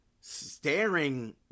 staring